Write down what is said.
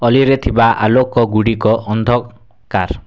ଅଲିରେ ଥିବା ଆଲୋକ ଗୁଡ଼ିକ ଅନ୍ଧକାର